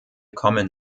kommen